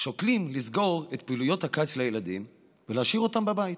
שוקלים לסגור את פעילויות הקיץ לילדים ולהשאיר אותם בבית.